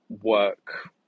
work